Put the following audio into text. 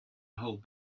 hold